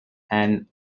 and